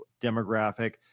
demographic